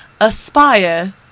Aspire